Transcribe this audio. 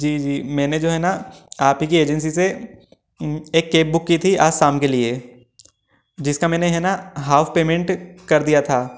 जी जी मैंने जो है न आप ही के एजेंसी से एक कैब बुक की थी आज शाम के लिए जिसका मैंने है ना हाफ़ पेमेंट कर दिया था